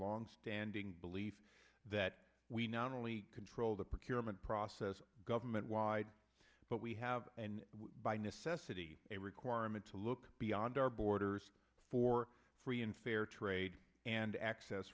long standing belief that we now know only control the procurement process government wide but we have and by necessity a requirement to look beyond our borders for free and fair trade and access